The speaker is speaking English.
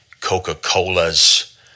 Coca-Cola's